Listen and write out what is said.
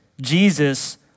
Jesus